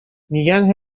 میگن